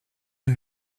une